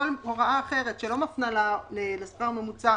כל הוראה אחרת שלא מפנה לשכר ממוצע